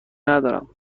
ندارم